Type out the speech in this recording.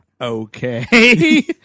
okay